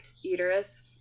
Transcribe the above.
uterus